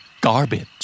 Garbage